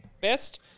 best